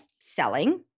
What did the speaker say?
selling